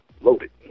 loaded